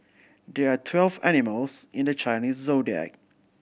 there are twelve animals in the Chinese Zodiac